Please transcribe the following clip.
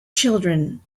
children